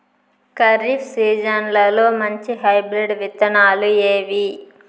ఖరీఫ్ సీజన్లలో మంచి హైబ్రిడ్ విత్తనాలు ఏవి